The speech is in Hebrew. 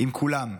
עם כולם.